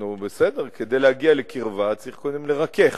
נו, בסדר, כדי להגיע לקרבה, צריך קודם לרכך.